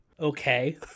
Okay